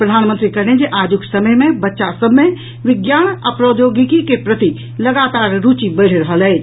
प्रधानमंत्री कहलनि जे आजुक समय मे बच्चा सभ मे विज्ञान आ प्रौद्योगिकी के प्रति लगातार रूचि बढ़ि रहल अछि